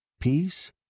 Peace